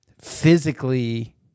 physically